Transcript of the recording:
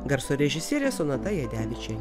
garso režisierė sonata jadevičienė